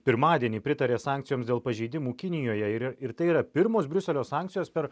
pirmadienį pritarė sankcijoms dėl pažeidimų kinijoje ir ir tai yra pirmos briuselio sankcijos per